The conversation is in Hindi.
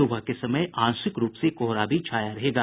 सुबह के समय आंशिक रूप से कोहरा भी छाया रहेगा